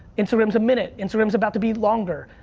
instagram's a minute. instagram's about to be longer.